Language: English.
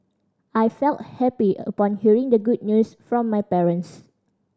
I felt happy upon hearing the good news from my parents